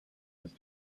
was